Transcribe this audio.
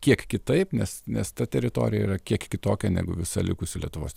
kiek kitaip nes nes ta teritorija yra kiek kitokia negu visa likusi lietuvos